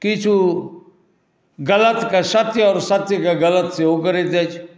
किछु गलतकेँ सत्य आओर सत्यकेँ गलत सेहो करैत अछि